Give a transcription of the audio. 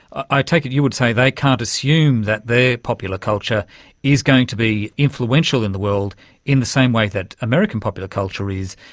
i take it you would say they can't assume that their popular culture is going to be influential in the world in the same way that american popular culture is,